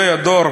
וּמֵאִתָּנוּ